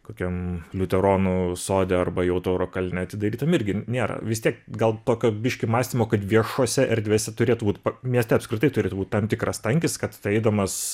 kokiam liuteronų sode arba jau tauro kalne atidarytam irgi nėra vis tiek gal tokio biškį mąstymo kad viešose erdvėse turėtų būt mieste apskritai turėtų būt tam tikras tankis kad tai eidamas